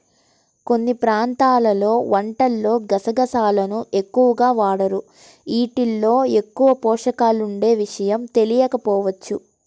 కొన్ని ప్రాంతాల్లో వంటల్లో గసగసాలను ఎక్కువగా వాడరు, యీటిల్లో ఎక్కువ పోషకాలుండే విషయం తెలియకపోవచ్చు